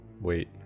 wait